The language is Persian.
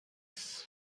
است